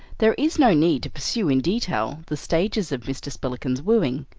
there is no need to pursue in detail the stages of mr. spillikins's wooing.